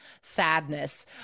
sadness